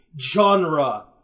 genre